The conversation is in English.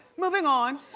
moving on.